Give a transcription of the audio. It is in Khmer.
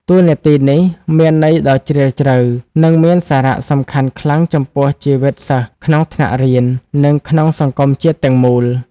តួនាទីនេះមានន័យដ៏ជ្រាលជ្រៅ និងមានសារៈសំខាន់ខ្លាំងចំពោះជីវិតសិស្សក្នុងថ្នាក់រៀន និងក្នុងសង្គមជាតិទាំងមូល។